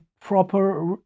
proper